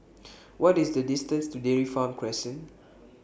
What IS The distance to Dairy Farm Crescent